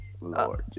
Lord